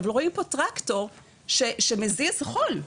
אבל רואים פה טרקטור שמזיף חול,